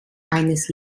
eines